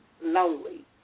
lonely